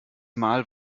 mal